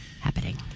happening